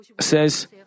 says